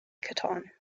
caton